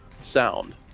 sound